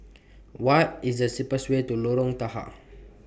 What IS The cheapest Way to Lorong Tahar